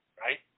Right